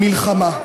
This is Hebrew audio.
מלחמה.